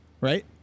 Right